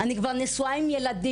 אני כבר נשואה עם ילדים,